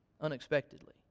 Unexpectedly